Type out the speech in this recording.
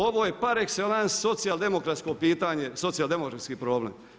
Ovo je par excellence socijaldemokratsko pitanje, socijaldemokratski problem.